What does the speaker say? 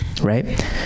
right